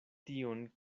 tion